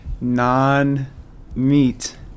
non-meat